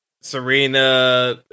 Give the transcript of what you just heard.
Serena